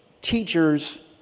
teachers